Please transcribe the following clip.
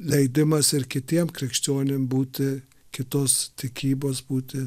leidimas ir kitiem krikščionim būti kitos tikybos būti